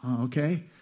okay